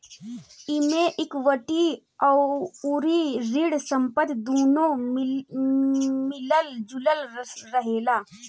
एमे इक्विटी अउरी ऋण संपत्ति दूनो मिलल जुलल रहेला